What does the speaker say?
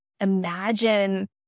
imagine